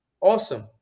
awesome